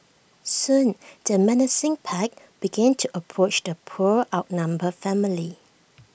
soon the menacing pack began to approach the poor outnumbered family